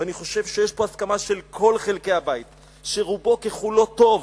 ואני חושב שיש פה הסכמה של כל חלקי הבית שרובו ככולו טוב,